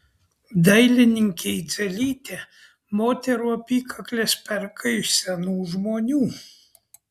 dailininkė idzelytė moterų apykakles perka iš senų žmonių